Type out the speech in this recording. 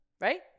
Right